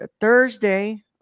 Thursday